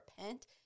repent